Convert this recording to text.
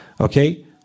Okay